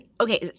okay